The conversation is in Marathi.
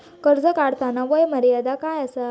कर्ज काढताना वय मर्यादा काय आसा?